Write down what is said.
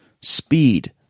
Speed